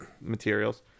materials